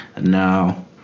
No